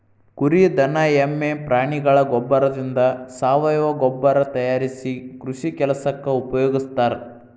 ಕುರಿ ದನ ಎಮ್ಮೆ ಪ್ರಾಣಿಗಳ ಗೋಬ್ಬರದಿಂದ ಸಾವಯವ ಗೊಬ್ಬರ ತಯಾರಿಸಿ ಕೃಷಿ ಕೆಲಸಕ್ಕ ಉಪಯೋಗಸ್ತಾರ